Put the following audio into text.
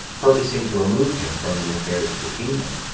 purposing to remove him from the affairs of the kingdom.